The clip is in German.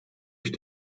ich